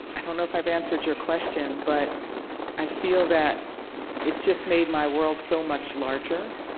i don't know if i've answered your question, but i feel that it's just made my world so much larger,